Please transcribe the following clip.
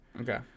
Okay